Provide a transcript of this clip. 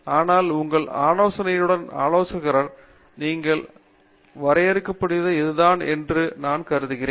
ஆனால் உங்கள் ஆலோசனையுடன் நீங்கள் வரையறுக்கக்கூடியது இதுதான் என்று நான் கருதுகிறேன்